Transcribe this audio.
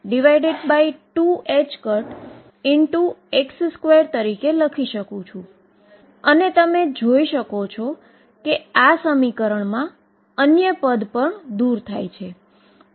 જેમ મેં અગાઉ કહ્યું હતું કે તે આનો ઉકેલ છે અને તે પ્રયોગો અથવા તો અગાઉના જાણીતા પરિણામો સાથે તુલના કરી શકાય છે